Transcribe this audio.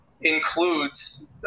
includes